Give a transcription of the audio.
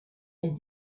and